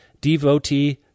devotee